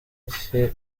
iki